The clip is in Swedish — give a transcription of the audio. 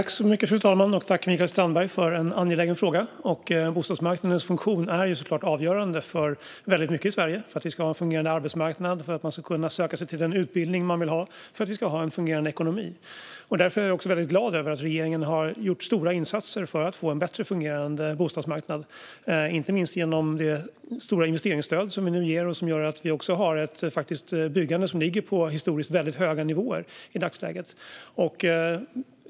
Fru talman! Tack, Mikael Strandman, för en angelägen fråga! Bostadsmarknadens funktion är såklart avgörande för väldigt mycket i Sverige: för att vi ska ha en fungerande arbetsmarknad, för att man ska kunna söka sig till den utbildning man vill ha och för att vi ska kunna ha en fungerande ekonomi. Därför är jag glad över att regeringen har gjort stora insatser för att få en bättre fungerande bostadsmarknad, inte minst genom det stora investeringsstöd som vi nu ger och som gör att vi i dagsläget har ett byggande som ligger på historiskt höga nivåer.